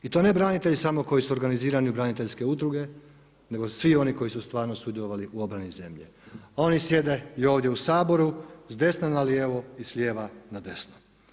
I to ne branitelji samo koji su organizirani u braniteljske udruge nego svi oni koji su stvarno sudjelovali u obrani zemlje a oni sjede i ovdje u Saboru s desna na lijevo i s lijeva na desno.